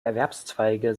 erwerbszweige